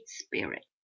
spirit